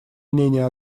мнение